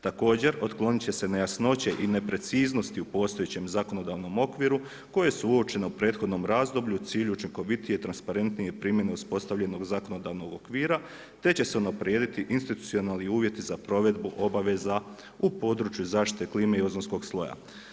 Također otklonit će se nejasnoće i nepreciznosti u postojećem zakonodavnom okviru koje su uočene u prethodnom razdoblju u cilju učinkovitije, transparentnije primjene uspostavljenog zakonodavnog okvira, te će se unaprijediti institucionalni uvjeti za provedbu obaveza u području zaštite klime i ozonskog sloja.